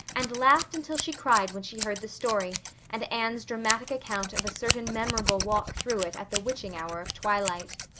and laughed until she cried when she heard the story and anne's dramatic account of a certain memorable walk through it at the witching hour of twilight.